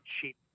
cheap